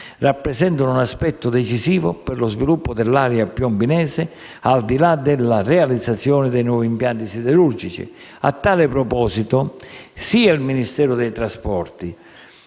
rappresentano un aspetto decisivo per lo sviluppo dell'area piombinese, al di là della realizzazione dei nuovi impianti siderurgici. A tale proposito, sia il Ministero delle